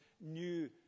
new